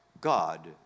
God